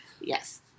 Yes